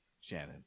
shannon